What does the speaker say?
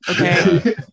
okay